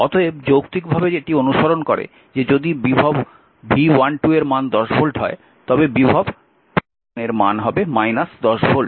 অতএব যৌক্তিকভাবে এটি অনুসরণ করে যে যদি বিভব V12 এর মান 10 ভোল্ট হয় তবে বিভব V21 এর মান হবে 10 ভোল্ট